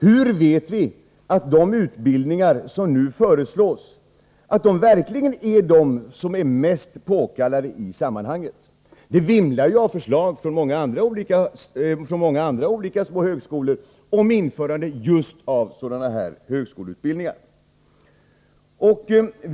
Hur vet vi att de utbildningar som nu föreslås verkligen är de som är mest påkallade? Det vimlar ju av förslag från många andra små högskolor om införande av just sådana här högskoleutbildningar.